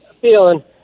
feeling